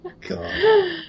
God